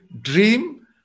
dream